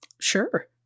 sure